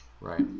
Right